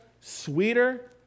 sweeter